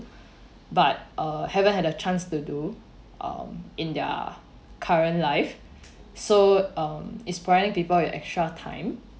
but uh haven't had a chance to do um in their current life so um is providing people with extra time